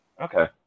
Okay